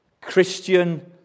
Christian